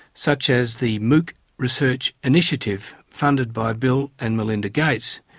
such as the mooc research initiative funded by bill and melinda gates,